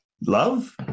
Love